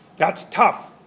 that's tough.